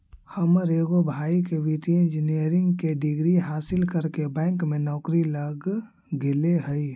हमर एगो भाई के वित्तीय इंजीनियरिंग के डिग्री हासिल करके बैंक में नौकरी लग गेले हइ